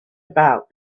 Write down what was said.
about